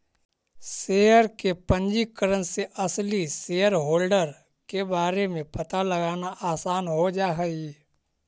share के पंजीकरण से असली शेयरहोल्डर के बारे में पता लगाना आसान हो जा हई